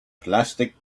plastic